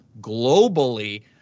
globally